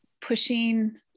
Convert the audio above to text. pushing